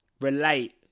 relate